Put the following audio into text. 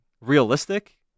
realistic